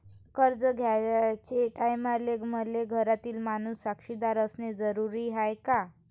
कर्ज घ्याचे टायमाले मले घरातील माणूस साक्षीदार असणे जरुरी हाय का?